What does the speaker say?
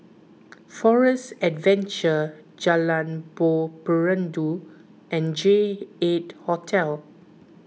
Forest Adventure Jalan Buloh Perindu and J eight Hotel